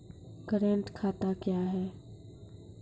Current खाता क्या हैं?